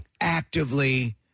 actively